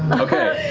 okay,